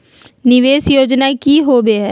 निवेस योजना की होवे है?